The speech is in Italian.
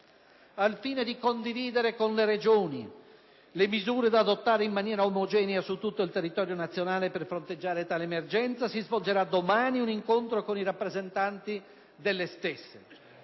Al fine di condividere con le Regioni le misure da adottare in maniera omogenea su tutto il territorio nazionale per fronteggiare tale emergenza, si svolgerà domani un incontro con i rappresentanti delle stesse.